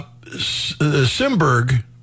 Simberg